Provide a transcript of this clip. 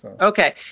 Okay